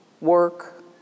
work